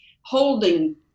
holding